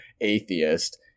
atheist